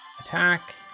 Attack